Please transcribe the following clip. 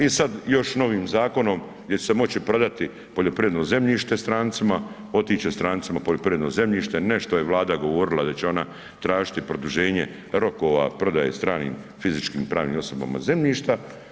I sad još novim zakonom gdje će se moći prodati poljoprivredno zemljište strancima, otići će strancima poljoprivredno zemljište, nešto je Vlada govorila da će ona tražiti produženje rokova prodaje stranim, fizičkim i pravnim osobama zemljišta.